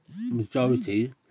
majority